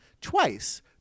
twice